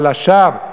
אבל לשווא.